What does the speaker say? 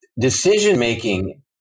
decision-making